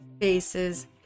faces